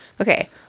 Okay